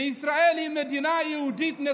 וישראל היא מדינה יהודית.